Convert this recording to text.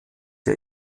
der